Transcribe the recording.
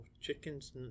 chickens